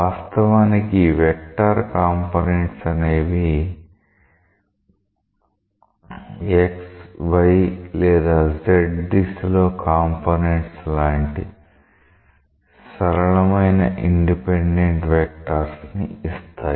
వాస్తవానికి ఈ vector components అనేవి x y లేదా z దిశలో కాంపోనెంట్స్ లాంటి సరళమైన ఇండిపెండెంట్ వెక్టార్స్ ని ఇస్తాయి